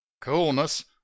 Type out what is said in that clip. coolness